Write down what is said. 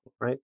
right